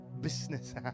business